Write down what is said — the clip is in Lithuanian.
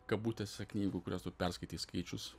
kabutėse knygų kurias tu perskaitei skaičius